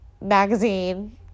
magazine